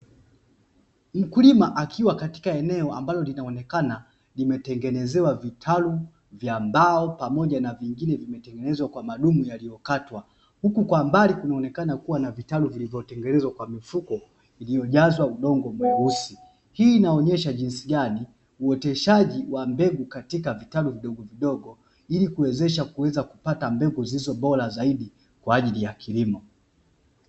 Mkulima akiwa katika eneo ambalo linaonekana limetengenezewa vitalu vya mbao pamoja na vingine vimetengenezwa kwa madumu yaliyokatwa, huku kwa mbali kunaonekana kukiwa na vitalu vilivyotengenezwa kwa mifuko iliyojazwa udongo mweusi hii inaonyesha jinsi gani uoteshaji wa mbegu katika vitalu ili kuwezesha kupata mbegu zilizo bora zaidi kwaajili ya kilimo.